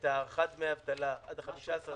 הממשלה והכנסת